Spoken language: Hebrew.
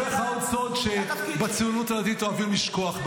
אני אספר לך עוד סוד שבציונות הדתית אוהבים לשכוח.